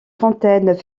fontaines